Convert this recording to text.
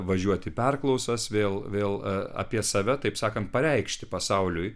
važiuot į perklausas vėl vėl apie save taip sakant pareikšti pasauliui